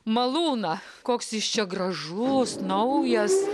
malūną koks jis čia gražus naujas